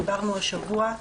דיברנו השבוע,